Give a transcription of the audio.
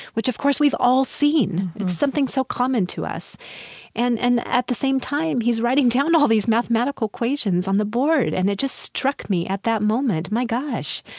which, of course, we've all seen. it's something so common to us and and at the same time, he's writing down all these mathematical equations on the board and it just struck me at that moment, my gosh,